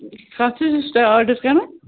کَتھ حظ اوس تُہۍ آرڈر